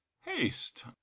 Haste